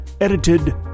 edited